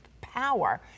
power